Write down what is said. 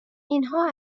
اینها